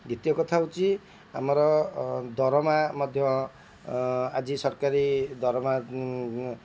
ଦ୍ୱିତୀୟ କଥା ହେଉଛି ଆମର ଦରମା ମଧ୍ୟ ଆଜି ସରକାରୀ ଦରମା